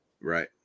Right